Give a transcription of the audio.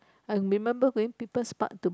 I remember going People's Park to buy